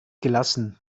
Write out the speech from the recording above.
gelassen